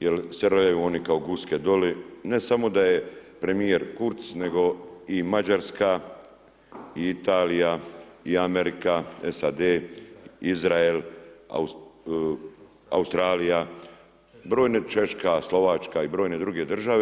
jel se rojaju oni kao guske doli, ne samo da je premijer Kurtz, nego i Mađarska, Italija i Amerika, SAD –e, Izrael, Australija, brojne, Češka, Slovačka i brojne druge države.